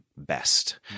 Best